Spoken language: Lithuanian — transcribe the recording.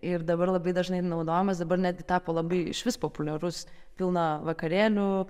ir dabar labai dažnai naudojamas dabar netgi tapo labai išvis populiarus pilna vakarėlių